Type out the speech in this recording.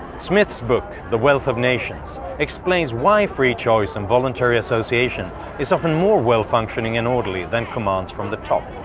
smith's book, the wealth of nations, explains why free choice and voluntary association is often more well-functioning and orderly than commands from the top.